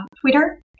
Twitter